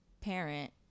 parent